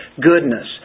goodness